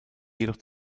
jedoch